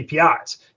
APIs